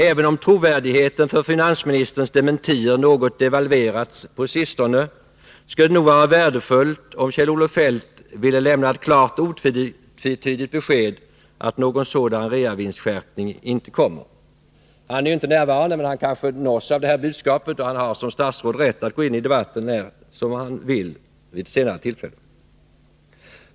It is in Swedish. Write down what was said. Även om trovärdigheten för finansministerns dementier något devalverats på sistone, skulle det nog vara värdefullt om Kjell-Olof Feldt ville lämna ett klart och otvetydigt besked att någon sådan reavinstskärpning inte kommer. Han är inte närvarande, men han kanske nås av budskapet och har då som statsråd rätt att gå in i debatten när han vill vid ett senare tillfälle.